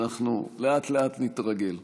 אנחנו לאט-לאט נתרגל,